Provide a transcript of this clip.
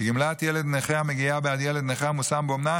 גמלת ילד נכה המגיעה בעד ילד נכה המושם באומנה,